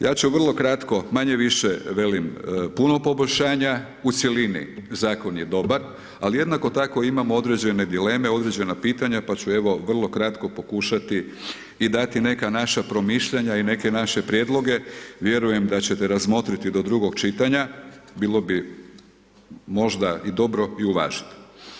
Ja ću vrlo kratko, manje-više velim, puno poboljšanja u cjelini, Zakon je dobar, ali jednako tako imamo određene dileme, određena pitanja, pa ću evo vrlo pokušati i dati neka naša promišljanja, i neke naše prijedloge, vjerujem da će te razmotriti do drugog čitanja, bilo bi možda i dobro i uvažiti.